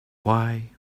why